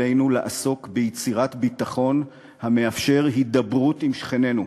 עלינו לעסוק ביצירת ביטחון המאפשר הידברות עם שכנינו.